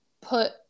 put